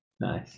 Nice